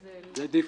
default.